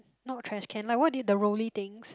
not trash can like what did the rolley things